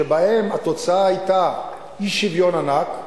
והתוצאה היתה אי-שוויון ענק.